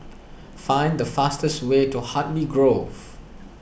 find the fastest way to Hartley Grove